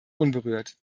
unberührt